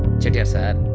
chettiar sir!